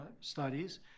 Studies